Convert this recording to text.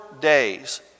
days